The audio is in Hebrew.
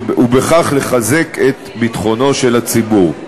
ובכך לחזק את ביטחון הציבור.